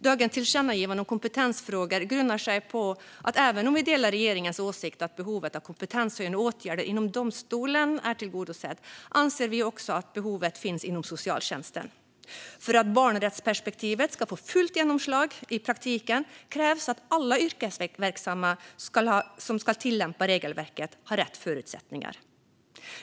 Dagens tillkännagivande om kompetensfrågor grundar sig i att även om vi delar regeringens åsikt att behovet av kompetenshöjande åtgärder inom domstolen är tillgodosett anser vi att behovet finns också inom socialtjänsten. För att barnrättsperspektivet ska få fullt genomslag i praktiken krävs att alla yrkesverksamma som ska tillämpa regelverket har rätt förutsättningar.